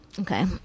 Okay